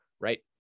right